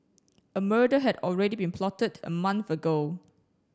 a murder had already been plotted a month ago